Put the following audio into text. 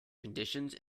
conditions